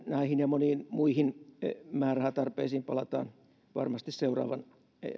näihin ja moniin muihin määrärahatarpeisiin palataan varmasti seuraavan